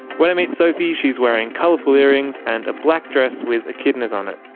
when i meet sophie, she's wearing colourful earrings and a black dress with echidnas on it.